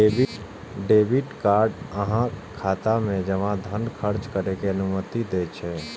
debit card अहांक खाता मे जमा धन खर्च करै के अनुमति दै छै